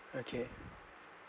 okay